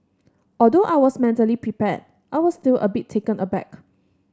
although I was mentally prepared I was still a bit taken aback